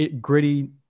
gritty